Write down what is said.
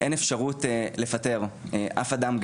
אין אפשרות לפטר אף אדם.